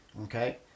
Okay